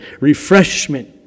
refreshment